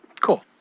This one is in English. Cool